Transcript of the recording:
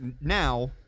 now